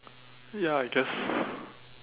ya I guess